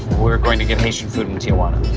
we're going to get haitian food in tijuana?